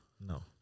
No